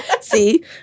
See